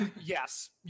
Yes